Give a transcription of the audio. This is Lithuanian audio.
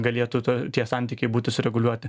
galėtų to tie santykiai būtų sureguliuoti